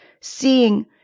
seeing